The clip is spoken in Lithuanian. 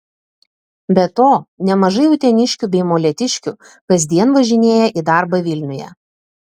be to nemažai uteniškių bei molėtiškių kasdien važinėja į darbą vilniuje